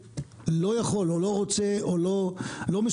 לא יכול או לא רוצה או לא מסוגל,